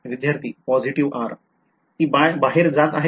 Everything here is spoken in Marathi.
विध्यार्थी पॉसिटीव्ह r ती बाहेर जात आहे का